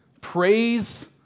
Praise